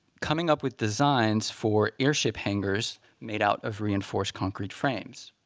coming up with designs for airship hangars made out of reinforced concrete frames.